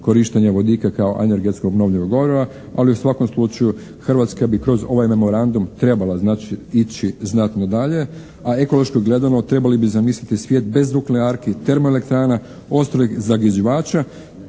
korištenja vodika kao energetskog obnovljivog goriva, ali u svakom slučaju Hrvatska bi kroz ovaj memorandum trebala znači ići znatno dalje, a ekološki gledano trebali bi zamisliti svijet bez nuklearki, termoelektrana, ostalih zagađivača